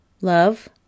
Love